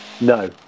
No